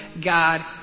god